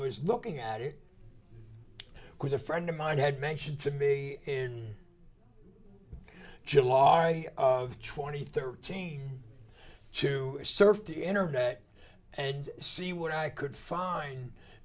was looking at it because a friend of mine had mentioned to me july twenty thirteen to surf the internet and see what i could find